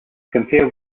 compare